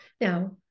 Now